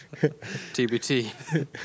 TBT